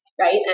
right